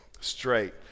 straight